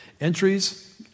entries